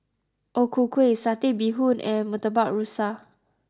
O Ku Kueh Satay Bee Hoon and Murtabak Rusa